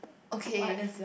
okay